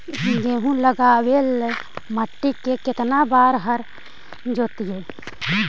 गेहूं लगावेल मट्टी में केतना बार हर जोतिइयै?